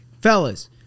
Fellas